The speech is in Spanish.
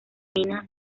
minas